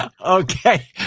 okay